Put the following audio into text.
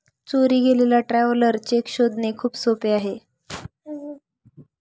चोरी गेलेला traveller cheque शोधणे खूप सोपे आहे